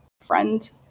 friend